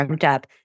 up